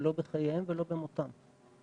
לא בחייהם ולא במותם.